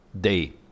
day